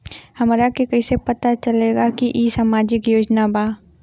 हमरा के कइसे पता चलेगा की इ सामाजिक योजना बा?